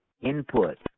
input